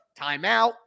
timeout